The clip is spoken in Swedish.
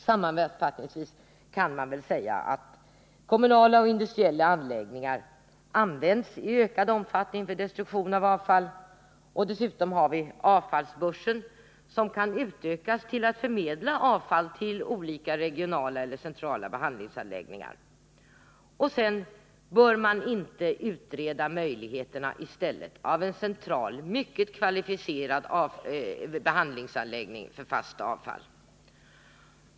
Sammanfattningsvis kan man väl säga att kommunala och industriella anläggningar används i ökad omfattning för destruktion av avfall. Dessutom har vi avfallsbörsen som kan utökas till att förmedla avfall till olika regionala eller centrala behandlingsanläggningar. Bör man vidare inte i stället utreda möjligheterna av en central, mycket kvalificerad behandlingsanläggning för fast avfall.